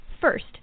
First